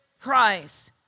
price